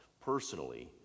personally